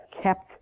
kept